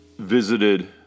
visited